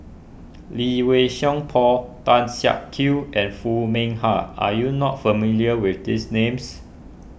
Lee Wei Song Paul Tan Siak Kew and Foo Mee Har are you not familiar with these names